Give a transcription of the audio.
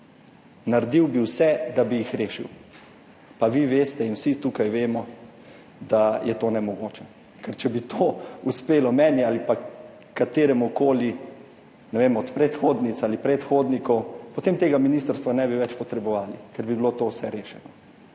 Naredil bi vse, da bi jih rešil, pa vi veste in vsi tukaj vemo, da je to nemogoče, ker če bi to uspelo meni ali pa kateremukoli od predhodnic ali predhodnikov, potem tega ministrstva ne bi več potrebovali, ker bi bilo to vse rešeno.